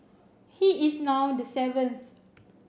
he is now the seventh